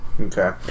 Okay